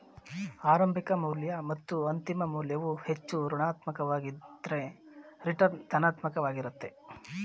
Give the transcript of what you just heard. ಆರಂಭಿಕ ಮೌಲ್ಯ ಮತ್ತು ಅಂತಿಮ ಮೌಲ್ಯವು ಹೆಚ್ಚು ಋಣಾತ್ಮಕ ವಾಗಿದ್ದ್ರ ರಿಟರ್ನ್ ಧನಾತ್ಮಕ ವಾಗಿರುತ್ತೆ